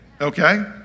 Okay